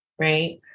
Right